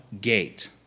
gate